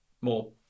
more